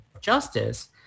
justice